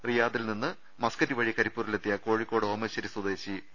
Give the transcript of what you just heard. റിയാദിൽനിന്ന് Muscat വഴി കരിപ്പൂരിലെത്തിയ കോഴിക്കോട് ഓമശ്ശേരി സ്വദേശി പി